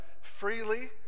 freely